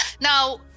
Now